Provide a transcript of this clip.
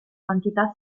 quantità